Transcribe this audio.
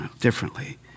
differently